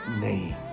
name